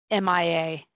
MIA